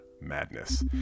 madness